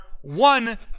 one